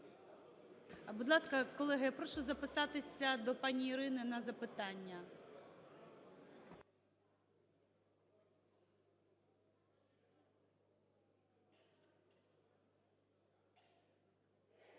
Будь ласка, колеги, прошу записатися до пані Ірини на запитання.